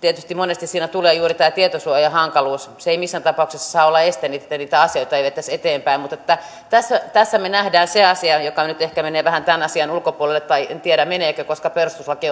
tietysti monesti siinä tulee juuri tämä tietosuojahankaluus se ei missään tapauksessa saa olla este että niitä asioita ei vietäisi eteenpäin mutta tässä tässä me näemme sen asian joka nyt ehkä menee vähän tämän asian ulkopuolelle tai en tiedä meneekö koska perustuslaki